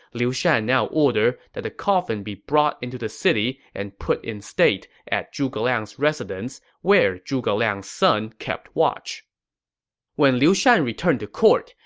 liu shan now ordered that the coffin be brought into the city and put in state at zhuge liang's residence, where zhuge liang's son kept watch when liu shan returned to court,